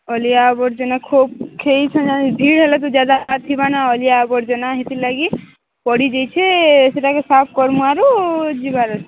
ଅଳିଆ ଅବର୍ଜନା ଖୁବ୍ ଖେଳି ଥିଲା ଭିଡ଼୍ ହେଲେ ବି ଯାଦା ଆସିବା ନା ଅଳିଆ ଅବର୍ଜନା ହେଇ ଥିଲା ଲାଗି କି ପଡ଼ି ଯାଇଛେ ସେଇଟା କେ ସାଫ୍ କର୍ମାରୁ ଯିବାର